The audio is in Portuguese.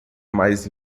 mais